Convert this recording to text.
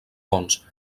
ponts